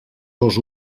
dos